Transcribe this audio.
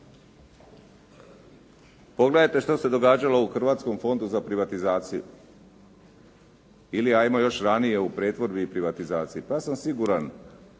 Pogledajte što se događalo u Hrvatskom fondu za privatizaciju ili 'ajmo još ranije u pretvorbi i privatizaciji. Pa ja sam siguran